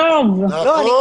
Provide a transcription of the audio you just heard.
אז, למה לכתוב?